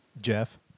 Jeff